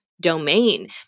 domain